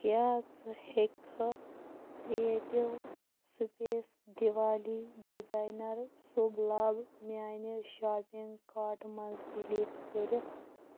کیٛاہ ژٕٕ ہٮ۪کِکھٕ creative space Diwali designer Shubh Labh میٛانہِ شاپنٛگ کارٹہٕ منٛز ڈِلیٖٹ کٔرِتھ